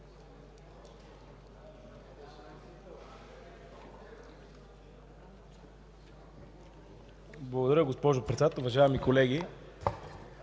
Благодаря, госпожо Председател. Уважаеми колеги,